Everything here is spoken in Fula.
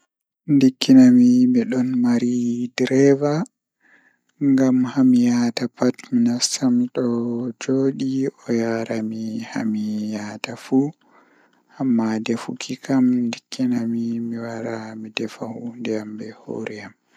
Mi waawi ɗonnoogol ko mi njippa walla mi njeyna, Miɗo ɗonnoo ko mi njippa. So mi waɗi njippa, Mi waawi waɗde jammaaji ngal ngam mi waɗi heɓude ndokke e no mi waawataa waɗde kala. Mi waawi njaatigi heɓugol ɗoo ndokke ngam mi njiggaama nder hoore geɗe walla waɗde gollal mooƴƴo.